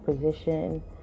position